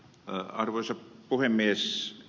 arvoisa puhemies